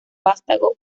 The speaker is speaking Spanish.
vástago